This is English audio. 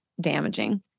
damaging